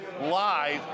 live